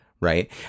right